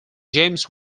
james